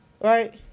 Right